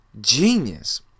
genius